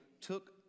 took